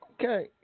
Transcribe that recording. Okay